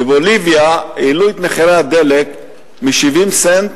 בבוליביה העלו את מחירי הדלק מ-70 סנט